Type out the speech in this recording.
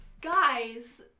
guys